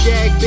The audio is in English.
Jack